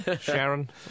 Sharon